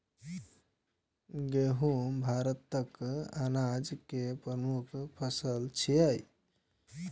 गहूम भारतक अनाज केर प्रमुख फसल छियै